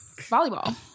Volleyball